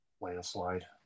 Landslide